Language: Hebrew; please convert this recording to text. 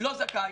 לא זכאי.